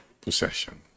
possession